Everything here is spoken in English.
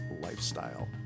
lifestyle